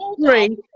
three